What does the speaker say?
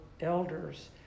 elders